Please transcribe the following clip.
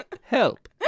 Help